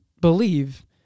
believe